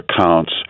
accounts